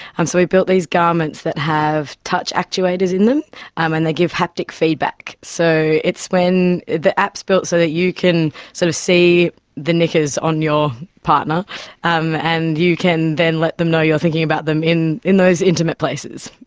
and so we built these garments that have touch actuators in them um and they give haptic feedback. so it's when, the app's built so that you can sort of see the knickers on your partner um and you can then let them know you're thinking about them in in those intimate places.